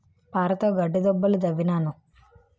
పారతోగడ్డి దుబ్బులు దవ్వినాను